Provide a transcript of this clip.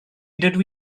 dydw